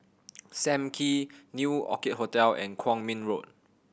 Sam Kee New Orchid Hotel and Kwong Min Road